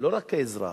לא רק כאזרח,